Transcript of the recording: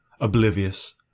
oblivious